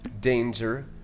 danger